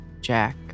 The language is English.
Jack